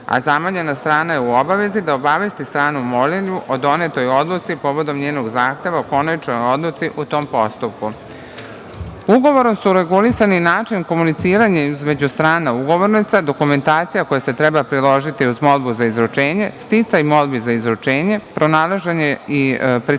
a zamoljena strana je u obavezi da obavesti stranu molilju o donetoj odluci povodom njenog zahteva o konačnoj odluci u tom postupku. Ugovorom su regulisani način komuniciranja između strana ugovornica, dokumentacija koja se treba priložiti uz molbu za izručenje, sticaj molbi za izručenje, pronalaženje i pritvaranje